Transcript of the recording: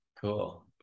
cool